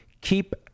keep